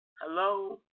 Hello